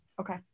Okay